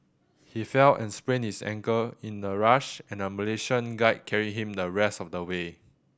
he fell and sprained his ankle in the rush and a Malaysian guide carried him the rest of the way